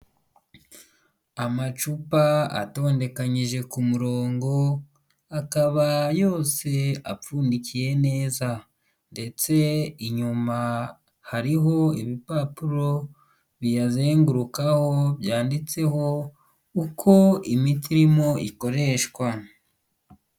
Amacupa atondekanyije ku murongo, akaba yose apfundikiye neza ndetse inyuma hariho ibipapuro biyazengurukaho, byanditseho uko imiti irimo ikoreshwa.